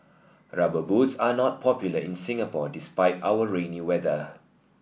Rubber Boots are not popular in Singapore despite our rainy weather